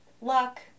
luck